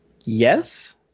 Yes